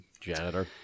Janitor